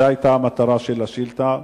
זאת היתה המטרה של השאילתא.